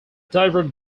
delivered